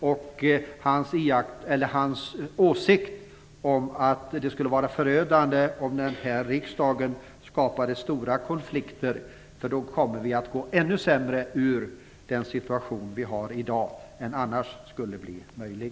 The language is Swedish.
Jag uppskattar också hans åsikt att det skulle vara förödande om riksdagen skapade stora konflikter, för då kommer det att vara ännu svårare att komma ur den situation vi har i dag än annars skulle vara fallet.